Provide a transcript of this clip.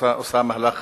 עושה מהלך